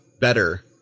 better